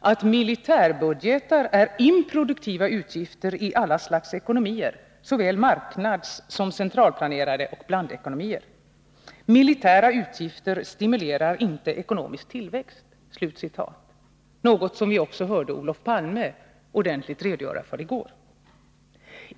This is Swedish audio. ”att militärbudgetar är improduktiva utgifter i alla slags ekonomier, såväl marknadssom centralplanerade och blandekonomier. Militära utgifter stimulerar inte ekonomisk tillväxt.” Något som vi också hörde Olof Palme redogöra för i går.